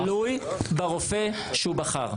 תלוי ברופא שהוא בחר.